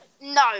No